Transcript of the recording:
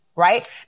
right